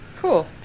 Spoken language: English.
Cool